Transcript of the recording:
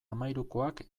hamahirukoak